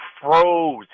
froze